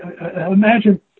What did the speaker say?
Imagine